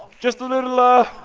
just a little, ah.